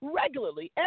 regularly